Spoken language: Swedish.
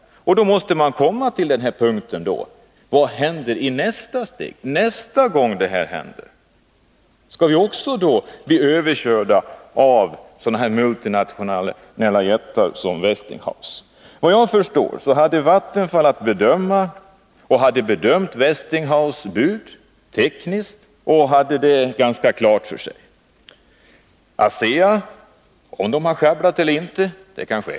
Då måste man fråga sig: Vad händer i nästa steg, nästa gång när sådant här inträffar? Skall vi även då bli överkörda av sådana multinationella jättar som Westinghouse? Såvitt jag förstår hade Vattenfall att tekniskt bedöma budet från Westinghouse. Man hade gjort det och hade budet ganska klart för sig. När det gäller ASEA vet jag inte om företaget hade sjabblat eller inte.